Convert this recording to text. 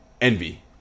envy